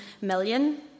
million